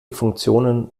funktionen